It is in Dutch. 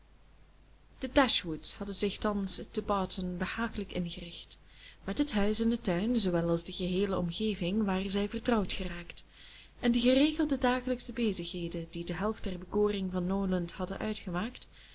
de dashwoods hadden zich thans te barton behagelijk ingericht met het huis en den tuin zoowel als de geheele omgeving waren zij vertrouwd geraakt en de geregelde dagelijksche bezigheden die de helft der bekoring van norland hadden uitgemaakt